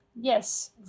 yes